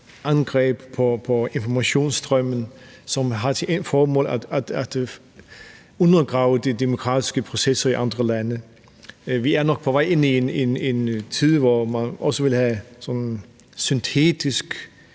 angreb på informationsstrømme, hvilket har til formål at undergrave de demokratiske processer i andre lande. Vi er nok på vej ind i en tid, hvor man også vil have syntetiske